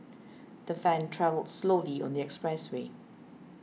the van travelled slowly on the expressway